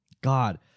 God